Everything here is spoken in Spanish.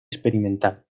experimental